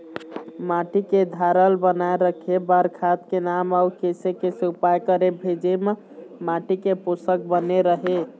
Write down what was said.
माटी के धारल बनाए रखे बार खाद के नाम अउ कैसे कैसे उपाय करें भेजे मा माटी के पोषक बने रहे?